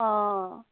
অ'